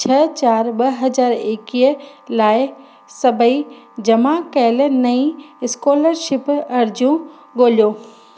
छह चारि ॿ हज़ार एकवीह लाइ सभई जमा कयल नईं स्कॉलरशिप अर्जियूं ॻोल्हियो